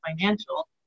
financial